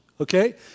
okay